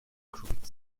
crooked